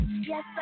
Yes